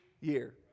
year